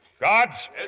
Guards